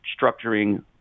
structuring